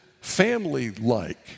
family-like